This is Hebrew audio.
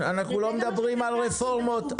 אנחנו לא מדברים על רפורמות.